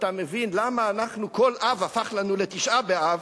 אתה מבין למה כל אב הפך לנו לתשעה באב,